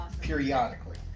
periodically